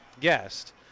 guest